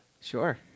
sure